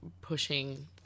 pushing